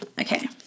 okay